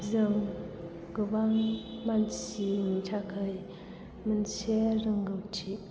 जों गोबां मानसिनि थाखाय मोनसे रोंगौथि